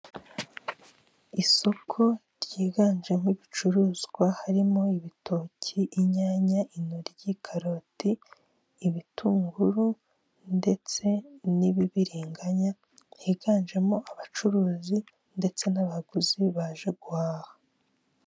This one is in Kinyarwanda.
Isoko ryiganjemo ibicuruzwa harimo ibitoki, inyanya ,intoryi, karoti, ibitunguru ndetse n'ibibiringanya higanjemo abacuruzi ndetse n'abaguzi baje guhaha.